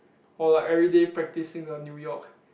or like everyday practicing the New York